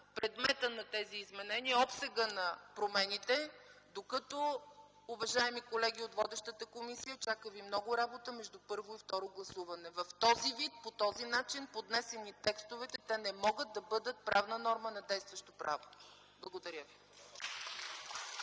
предмета на тези изменения, обсега на промените. Уважаеми колеги от водещата комисия, чака ви много работа между първо и второ гласуване. В този вид по този начин, поднесени текстовете, те не могат да бъдат правна норма на действащо право. Благодаря ви.